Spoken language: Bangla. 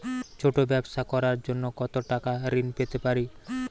ছোট ব্যাবসা করার জন্য কতো টাকা ঋন পেতে পারি?